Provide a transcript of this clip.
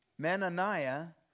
Mananiah